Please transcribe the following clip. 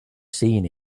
seen